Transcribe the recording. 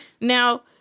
Now